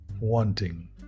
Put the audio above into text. wanting